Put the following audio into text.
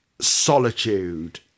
solitude